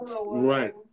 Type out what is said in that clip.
right